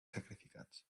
sacrificats